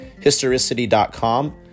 Historicity.com